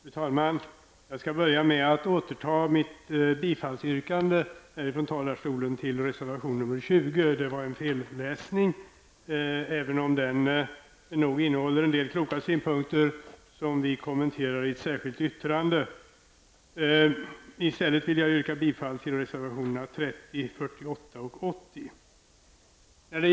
Fru talman! Jag skall börja med att återta mitt yrkande från talarstolen om bifall till reservation 20. Det berodde på en felläsning, även om den reservationen nog innehåller en del kloka synpunkter som vi kommenterar i ett särskilt yttrande. I stället vill jag yrka bifall till reservationerna 30, 48 och 80.